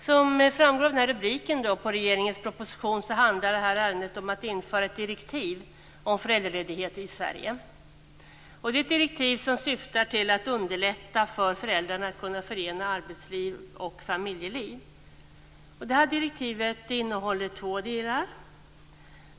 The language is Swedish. Fru talman! Som framgår av rubriken på regeringens proposition handlar det här ärendet om att i Sverige införa ett direktiv om föräldraledighet. Det är ett direktiv som syftar till att underlätta för föräldrarna att kunna förena arbetsliv och familjeliv. Direktivet innehåller två delar.